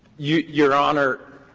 your your honor,